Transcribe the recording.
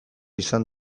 izan